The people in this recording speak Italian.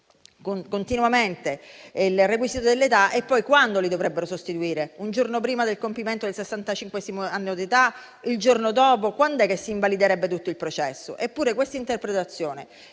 continuamente il requisito dell'età. E, poi, quando li dovrebbero sostituire? Un giorno prima del compimento del sessantacinquesimo anno di età? Il giorno dopo? Quand'è che si invaliderebbe tutto il processo? Eppure, questa interpretazione,